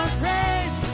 praise